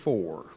Four